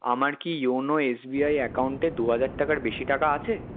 আমার কি YONO SBI অ্যাকাউন্টে দু হাজার টাকার বেশি টাকা আছে